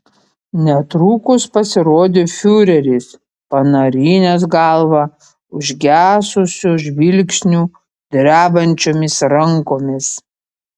netrukus pasirodė fiureris panarinęs galvą užgesusiu žvilgsniu drebančiomis rankomis